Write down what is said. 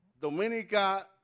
Dominica